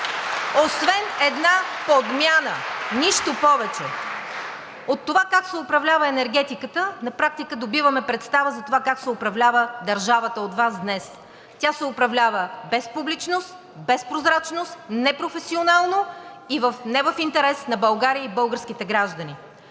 освен една подмяна – нищо повече. От това как се управлява енергетиката, на практика добиваме представа за това как се управлява държавата от Вас днес. Тя се управлява без публичност, без прозрачност, непрофесионално и не в интерес на България и българските граждани.